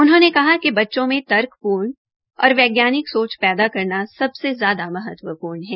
उन्होंने कहा कि बच्चों में तर्कपूर्ण और वैज्ञानिक सोच पैदा करना सबसे ज्यादा महत्वपूर्ण है